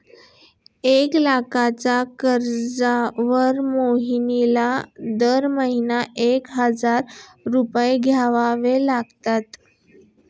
एक लाखाच्या कर्जावर मोहनला दरमहा एक हजार रुपये द्यावे लागतात